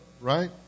right